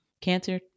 cancer